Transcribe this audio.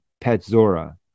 Petzora